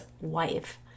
wife